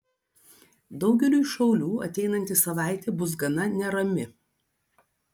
daugeliui šaulių ateinanti savaitė bus gana nerami